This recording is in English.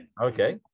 Okay